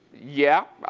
yeah.